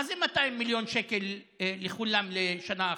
מה זה 200 מיליון שקל לכולם לשנה אחת?